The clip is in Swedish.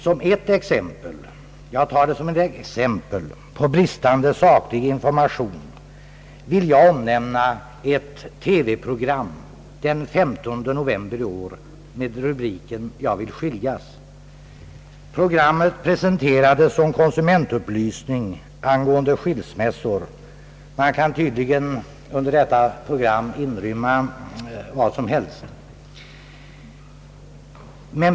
Som ett exempel på bristande saklig information vill jag omnämna ett TV-program den 15 november i år med rubriken »Jag vill skiljas». Programmet presenterades som »konsumentupplysning» angående skilsmässor. Under detta program kan tydligen inrymmas vad som helst.